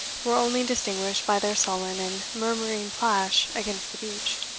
were only distinguished by their sullen and murmuring plash against the beach.